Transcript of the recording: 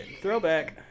throwback